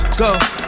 go